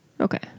okay